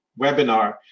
webinar